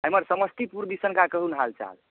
एमहर समस्तीपुर दिसनका कहू ने हाल चाल